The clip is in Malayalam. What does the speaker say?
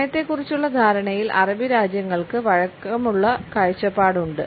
സമയത്തെക്കുറിച്ചുള്ള ധാരണയിൽ അറബി രാജ്യങ്ങൾക്ക് വഴക്കമുള്ള കാഴ്ചപ്പാടുണ്ട്